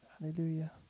Hallelujah